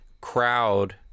crowd